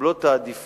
שמקבלים את העדיפות.